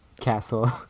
castle